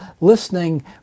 listening